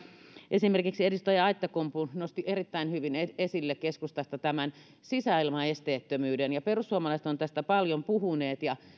esimerkiksi edustaja aittakumpu nosti erittäin hyvin esille keskustasta tämän sisäilmaesteettömyyden perussuomalaiset ovat tästä paljon puhuneet